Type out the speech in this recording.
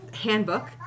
handbook